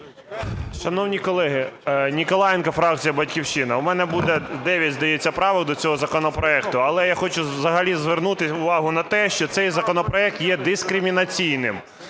Шановні колеги! Ніколаєнко, фракція "Батьківщина". У мене буде 9, здається, правок до цього законопроекту. Але я хочу взагалі звернути увагу на те, що цей законопроект є дискримінаційним.